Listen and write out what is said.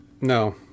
No